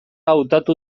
hautatu